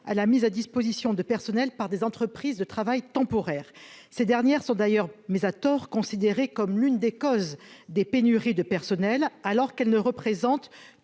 à la mise à disposition de personnel par des entreprises de travail temporaire, ces dernières sont d'ailleurs mais à tort considérée comme l'une des causes des pénuries de personnel alors qu'elle ne représente